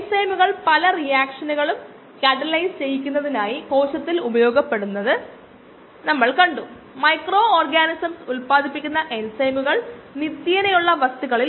സമവാക്യത്തിൽ നിന്ന് intercept Km 0